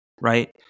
right